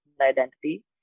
identity